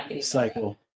cycle